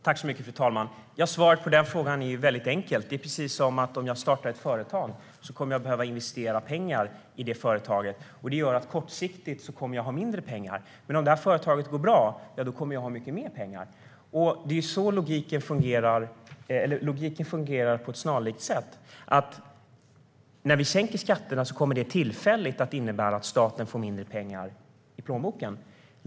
Fru talman! Svaret på den frågan är mycket enkelt. Det är precis som om jag startar ett företag. Då kommer jag att behöva investera pengar i detta företag. Det gör att jag kortsiktigt kommer att ha mindre pengar. Men om detta företag går bra kommer jag att ha mycket mer pengar. Logiken fungerar på ett snarlikt sätt i detta fall. När vi sänker skatterna kommer det tillfälligt att innebära att staten får mindre pengar i plånboken.